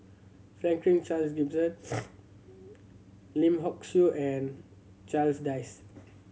Franklin Charles Gimson Lim Hock Siew and Charles Dyce